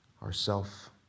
ourself